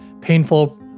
painful